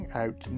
out